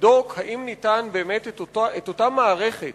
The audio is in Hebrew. ולבדוק אם ניתן, את אותה מערכת